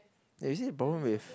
there you see the problem with